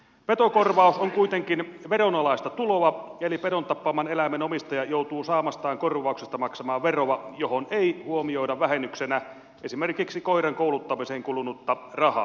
petokorvaus on kuitenkin veronalaista tuloa eli pedon tappaman eläimen omistaja joutuu saamastaan korvauksesta maksamaan veroa johon ei huomioida vähennyksenä esimerkiksi koiran kouluttamiseen kulunutta rahaa